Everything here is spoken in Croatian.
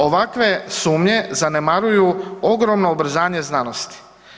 Ovakve sumnje zanemaruju ogromno ubrzanje znanosti.